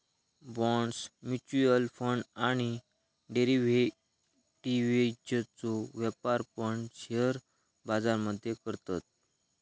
bonds, mutual fund आणि डेरिव्हेटिव्ह्जचो व्यापार पण शेअर बाजार मध्ये करतत